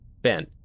Ben